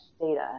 data